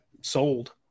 sold